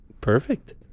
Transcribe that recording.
perfect